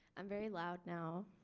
i'm very loud now.